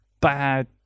bad